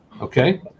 okay